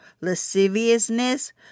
lasciviousness